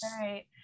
Right